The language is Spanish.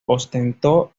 ostentó